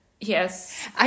yes